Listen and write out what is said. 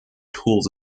tools